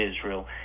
israel